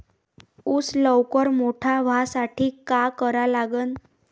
ऊस लवकर मोठा व्हासाठी का करा लागन?